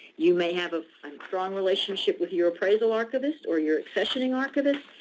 you may have a um strong relationship with your appraisal archivist or your accessioning archivist,